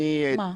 מה?